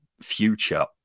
future